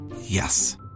Yes